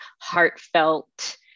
heartfelt